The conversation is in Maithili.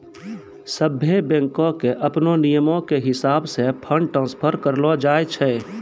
सभ्भे बैंको के अपनो नियमो के हिसाबैं से फंड ट्रांस्फर करलो जाय छै